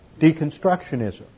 deconstructionism